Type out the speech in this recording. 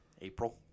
April